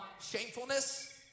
shamefulness